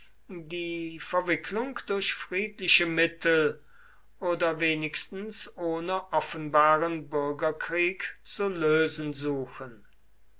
die verwicklung durch friedliche mittel oder wenigstens ohne offenbaren bürgerkrieg zu lösen suchen